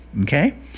okay